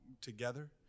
together